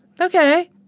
okay